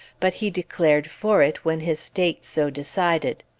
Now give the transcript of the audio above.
but he declared for it when his state so decided.